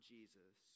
Jesus